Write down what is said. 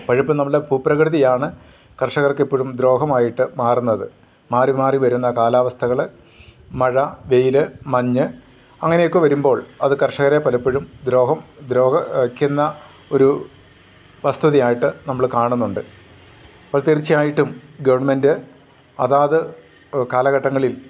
പലപ്പോഴും നമ്മുടെ ഭൂപ്രകൃതിയാണ് കർഷകർക്കിപ്പോഴും ദ്രോഹമായിട്ട് മാറുന്നത് മാറി മാറി വരുന്ന കാലാവസ്ഥകൾ മഴ വെയിൽ മഞ്ഞ് അങ്ങനെയൊക്കെ വരുമ്പോൾ അത് കർഷകരെ പലപ്പോഴും ദ്രോഹം ദ്രോഹി ക്കുന്ന ഒരു വസ്തുതയായിട്ട് നമ്മൾ കാണുന്നുണ്ട് അപ്പം തീർച്ചയായിട്ടും ഗവൺമെൻറ് അതാത് കാലഘട്ടങ്ങളിൽ